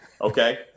okay